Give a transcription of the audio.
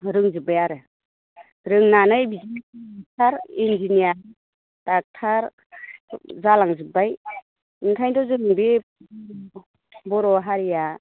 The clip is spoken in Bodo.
रोंजोब्बाय आरो रोंनानै बिदिनो ड'क्टर इन्जिनियार ड'क्टर जालांजोब्बाय ओंखायनोथ' जोंनि बे बर' हारिया